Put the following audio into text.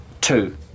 Two